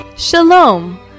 Shalom